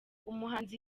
umuhanzi